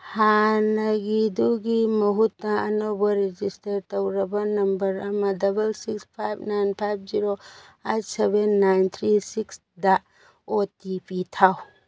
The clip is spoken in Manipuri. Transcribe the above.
ꯍꯥꯟꯅꯒꯤꯗꯨꯒꯤ ꯃꯍꯨꯠꯇ ꯑꯅꯧꯕ ꯔꯦꯖꯤꯁꯇꯔ ꯇꯧꯔꯕ ꯅꯝꯕꯔ ꯑꯃ double six five nine five zero eight seven nine three ꯁꯤꯛꯁꯇ ꯑꯣ ꯇꯤ ꯄꯤ ꯊꯥꯎ